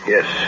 Yes